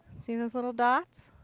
see those little dots?